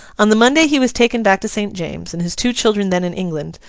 on the monday he was taken back to st. james's and his two children then in england,